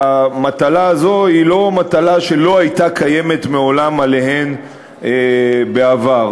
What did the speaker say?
המטלה הזו היא לא מטלה שלא הייתה מוטלת עליהן מעולם בעבר.